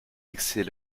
excès